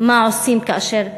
מה עושים כאשר משעים.